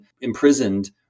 imprisoned